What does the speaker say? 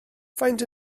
faint